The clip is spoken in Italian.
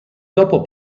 dopo